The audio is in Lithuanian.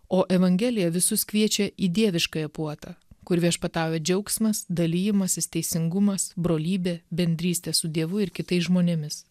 o evangelija visus kviečia į dieviškąją puotą kur viešpatauja džiaugsmas dalijimasis teisingumas brolybė bendrystė su dievu ir kitais žmonėmis